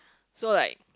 so like